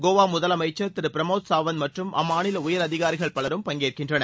கோவா முதலமைச்சர் திரு பிரம்மோத் சாவந்த் மற்றும் அம்மாநில உயர் அதிகாரிகள் பலரும் பங்கேற்கின்றனர்